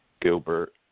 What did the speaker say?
Gilbert